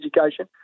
education